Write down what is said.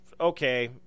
okay